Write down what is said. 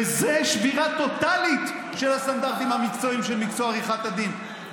וזה שבירה טוטלית של הסטנדרטים המקצועיים של מקצוע עריכת הדין,